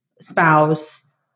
spouse